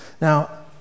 Now